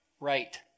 right